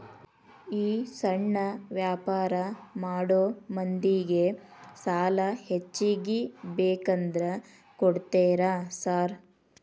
ಈ ಸಣ್ಣ ವ್ಯಾಪಾರ ಮಾಡೋ ಮಂದಿಗೆ ಸಾಲ ಹೆಚ್ಚಿಗಿ ಬೇಕಂದ್ರ ಕೊಡ್ತೇರಾ ಸಾರ್?